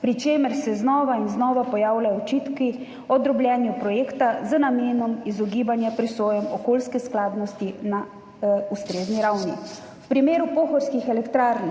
pri čemer se znova in znova pojavljajo očitki o drobljenju projekta z namenom izogibanja presojam okoljske skladnosti na ustrezni ravni. V primeru pohorskih elektrarn